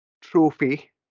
trophy